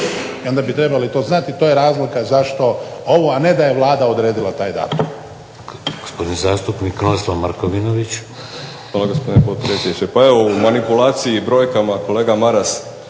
I onda bi trebali to znati, to je razlika zašto ovo, a ne da je Vlada odredila taj datum.